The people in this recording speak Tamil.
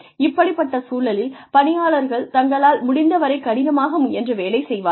இப்படிப்பட்ட சூழலில் பணியாளர்கள் தங்களால் முடிந்தவரைக் கடினமாக முயன்று வேலை செய்வார்கள்